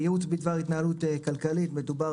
ייעוץ בדבר התנהלות כלכלית - מדובר